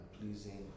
pleasing